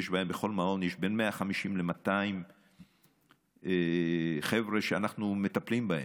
בכל מעון יש בין 150 ל-200 חבר'ה שאנחנו מטפלים בהם.